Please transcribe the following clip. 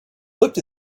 looked